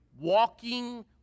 walking